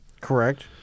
Correct